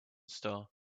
star